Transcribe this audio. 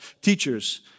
teachers